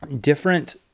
different